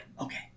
Okay